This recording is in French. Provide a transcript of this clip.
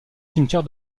cimetière